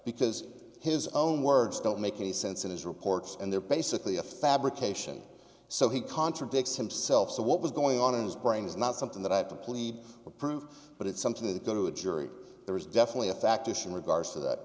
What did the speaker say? because his own words don't make any sense in his reports and they're basically a fabrication so he contradicts himself so what was going on in his brain is not something that i have to plead prove but it's something that go to a jury there is definitely a factor in regards to that